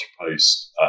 post